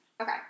Okay